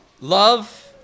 Love